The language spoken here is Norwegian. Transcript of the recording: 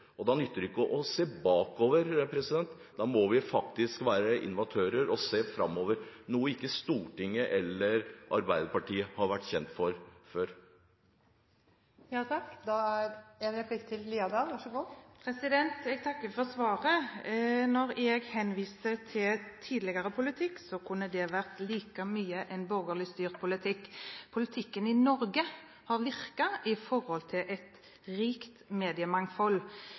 framover. Da nytter det ikke å se bakover, da må vi faktisk være innovatører og se framover, noe verken Stortinget eller Arbeiderpartiet har vært kjent for før. Jeg takker for svaret. Når jeg henviste til tidligere politikk, kunne det ha vært like mye en borgerlig styrt politikk. Politikken i Norge har virket med tanke på et rikt mediemangfold.